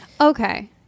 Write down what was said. Okay